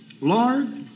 Lord